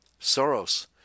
Soros